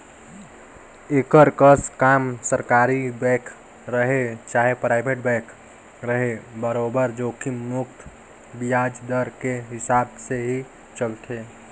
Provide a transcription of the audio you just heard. एकर कस काम सरकारी बेंक रहें चाहे परइबेट बेंक रहे बरोबर जोखिम मुक्त बियाज दर के हिसाब से ही चलथे